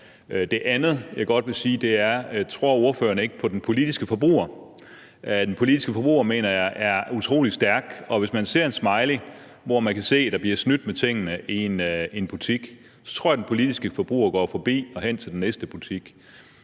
Det andet, jeg godt vil sige, er: Tror ordføreren ikke på den politiske forbruger? Den politiske forbruger mener jeg er utrolig stærk, og hvis den politiske forbruger ser en smiley, hvor det kan ses, at der bliver snydt med tingene i en butik, så tror jeg, at vedkommende går forbi og hen til den næste butik.